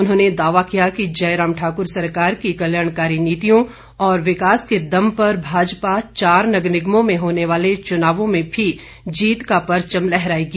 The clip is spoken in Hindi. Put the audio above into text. उन्होंने दावा किया कि जयराम ठाकुर सरकार की कल्याणकारी नीतियों और विकास के दम पर भाजपा चार नगर निगमों मे होने वाले चुनावों में भी जीत का परचम लहरायेगी